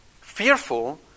fearful